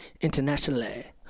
internationally